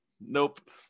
Nope